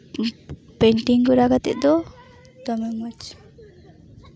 painting ᱠᱚᱨᱟᱣ ᱠᱟᱛᱮᱫ ᱫᱚ ᱫᱚᱢᱮ ᱢᱚᱡᱽ